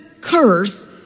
curse